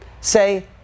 say